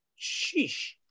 Sheesh